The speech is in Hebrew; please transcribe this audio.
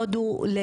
ולא